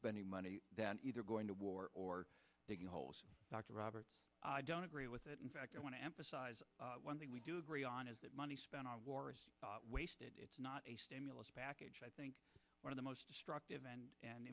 spending money than either going to war or digging holes dr robert don't agree with it in fact i want to emphasize one thing we do agree on is that money spent on war is wasted it's not a stimulus package i think one of the most destructive and